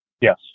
Yes